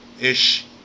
Ish